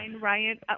ryan